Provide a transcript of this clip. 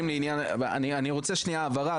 אני רוצה הבהרה,